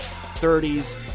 30s